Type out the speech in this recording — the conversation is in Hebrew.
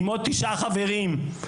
עם עוד תשעה חברים.